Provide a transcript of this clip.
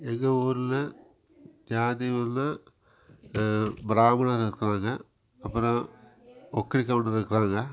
எங்க ஊரில் ஜாதியும் இல்லை பிராமணர் இருக்கிறாங்க அப்புறோம் ஒக்கலி கவுண்டரு இருக்கிறாங்க